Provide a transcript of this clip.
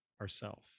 ourself